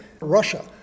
Russia